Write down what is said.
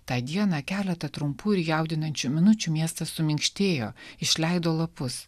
tą dieną keletą trumpų ir jaudinančių minučių miestas suminkštėjo išleido lapus